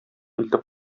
илтеп